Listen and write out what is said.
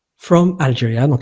from algiers yeah like